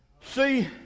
See